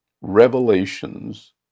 revelations